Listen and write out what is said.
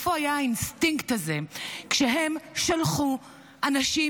איפה היה האינסטינקט הזה כשהם שלחו אנשים